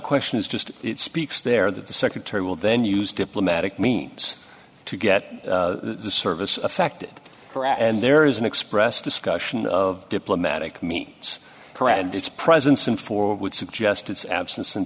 question is just speaks there that the secretary will then use diplomatic means to get the service affected and there is an express discussion of diplomatic means correct and its presence and for would suggest its absence and